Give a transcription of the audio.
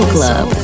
Club